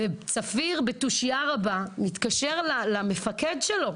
צפיר, בתושייה רבה, מתקשר למפקד שלו,